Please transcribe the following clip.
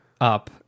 up